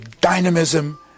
dynamism